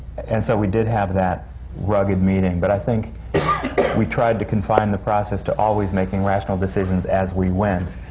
and so, we did have that rugged meeting. but i think we tried to confine the process to always making rational decisions as we went.